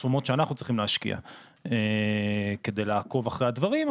התשומות שאנחנו צריכים להשקיע כדי לעקוב אחרי הדברים,